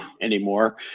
anymore